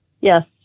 Yes